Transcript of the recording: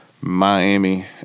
miami